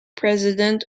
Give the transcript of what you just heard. president